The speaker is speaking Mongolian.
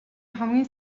хамгийн